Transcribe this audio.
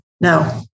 no